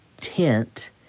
tent